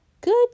Good